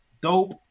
dope